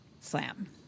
slam